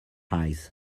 eyes